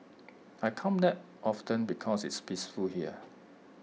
I come back often because it's peaceful here